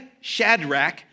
Shadrach